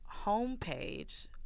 homepage